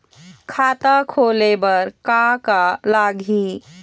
खाता खोले बर का का लगही?